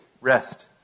rest